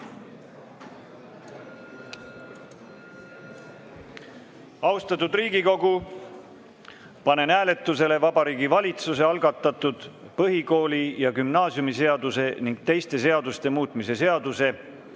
Austatud Riigikogu, panen hääletusele Vabariigi Valitsuse algatatud põhikooli‑ ja gümnaasiumiseaduse ning teiste seaduste muutmise seaduse